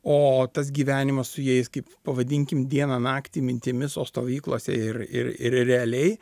o tas gyvenimas su jais kaip pavadinkim dieną naktį mintimis o stovyklose ir ir ir realiai